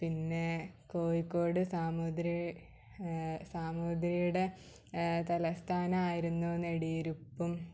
പിന്നെ കോഴിക്കോട് സാമൂതിരി സാമൂതിരിയുടെ തലസ്ഥാനമായിരുന്നു നെടിയുർ ഇപ്പം